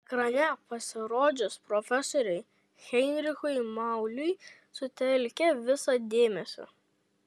ekrane pasirodžius profesoriui heinrichui mauliui sutelkė visą dėmesį